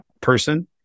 person